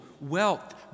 wealth